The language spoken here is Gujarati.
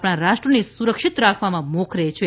આપણા રાષ્ટ્રને સુરક્ષિત રાખવામાં મોખરે છે